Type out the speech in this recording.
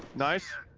knife?